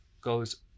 goes